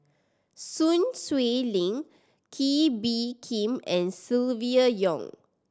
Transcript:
Sun Xueling Kee Bee Khim and Silvia Yong